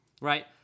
Right